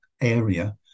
area